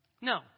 No